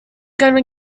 gonna